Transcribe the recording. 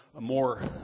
more